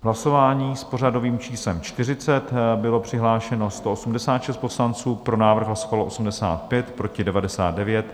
V hlasování s pořadovým číslem 40 bylo přihlášeno 186 poslanců, pro návrh hlasovalo 85, proti 99.